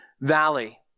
Valley